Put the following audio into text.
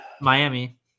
Miami